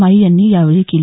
मायी यांनी यावेळी केली